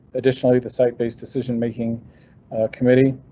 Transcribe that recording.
additionally, the site based decision making committee.